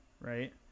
right